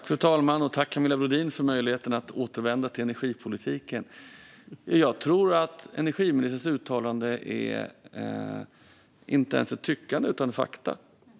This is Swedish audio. Fru talman! Tack, Camilla Brodin, för möjligheten att återvända till energipolitiken! Jag tror att energiministerns uttalande inte ens är tyckande utan fakta.